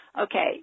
Okay